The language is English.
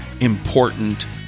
important